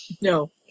No